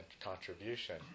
contribution